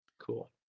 cool